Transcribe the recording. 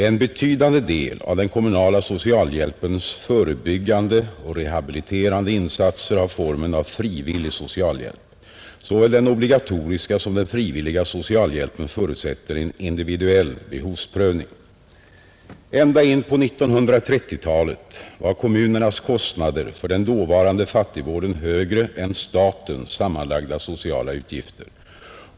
En betydande del av den kommunala socialhjälpens förebyggande och rehabiliterande insatser har formen av frivillig socialhjälp. Såväl den obligatoriska som den frivilliga socialhjälpen förutsätter en individuell behovsprövning. Ända in på 1930-talet var kommunernas kostnader för den dåvarande fattigvården högre än statens sammanlagda sociala utgifter.